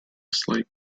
slight